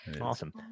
awesome